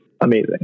amazing